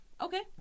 Okay